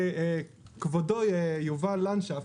שכבודו, יובל לנדשפט,